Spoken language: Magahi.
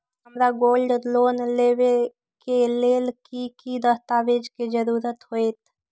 हमरा गोल्ड लोन लेबे के लेल कि कि दस्ताबेज के जरूरत होयेत?